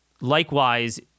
likewise